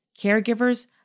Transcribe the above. caregivers